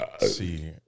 See